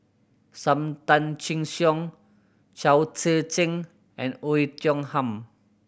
Sam Tan Chin Siong Chao Tzee Cheng and Oei Tiong Ham